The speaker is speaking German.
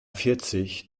vierzig